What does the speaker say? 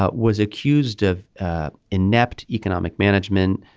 ah was accused of inept economic management.